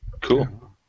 Cool